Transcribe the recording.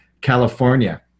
California